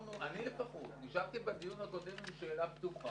אני לפחות נשארתי בדיון הקודם עם שאלה פשוטה,